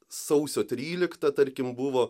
sausio trylikta tarkim buvo